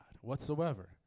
whatsoever